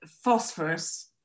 phosphorus